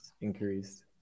increased